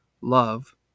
love